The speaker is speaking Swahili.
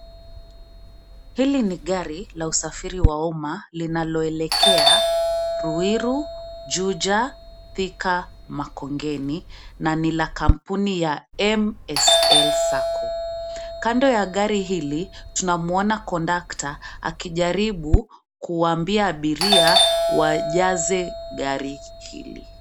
Hili ni gari la usafiri wa umma linaloelekea Ruiru, Juja, Thika, Makongeni na ni la kampuni ya MSL Sacco. Kando ya gari hili tunamwona kondakta akijaribu kuwaambia abiria wajaze gari hili.